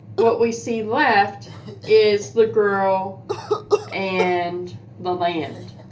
what we see left is the girl and the land.